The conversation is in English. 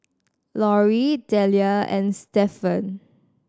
Lorri Delia and Stephan